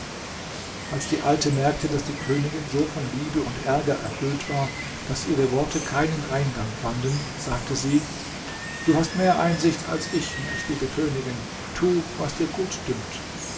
als die alte merkte daß die königin so von liebe und ärger erfüllt war daß ihre worte keinen eingang fanden sagte sie du hast mehr einsicht als ich mächtige königin tu was dir gut dünkt